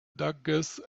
dodges